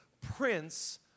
Prince